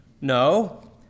No